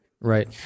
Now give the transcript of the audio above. Right